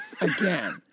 Again